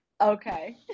Okay